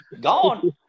gone